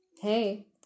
hey